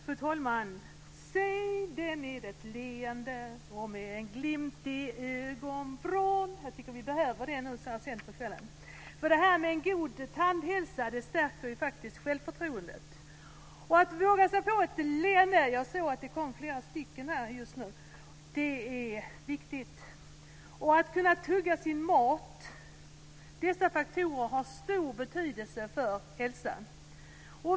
Fru talman! Jag ska börja med att sjunga: Säg det med ett leende och med en glimt i ögonvrån! Jag tycker att vi behöver det så här sent på kvällen. En god tandhälsa stärker faktiskt självförtroendet. Att våga sig på ett leende - jag ser flera stycken just nu - och att kunna tugga sin mat är viktigt. Dessa faktor har stor betydelse för hälsan.